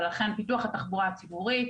ולכן פיתוח התחבורה הציבורית